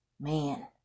Man